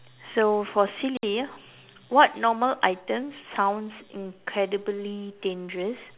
so for silly what normal item sounds incredibly dangerous